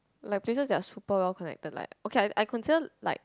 like places that are super well connected like okay I I consider like